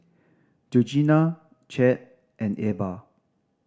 Georgina Chadd and Ebba